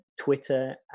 Twitter